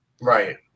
Right